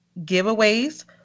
giveaways